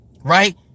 right